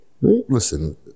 Listen